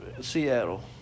Seattle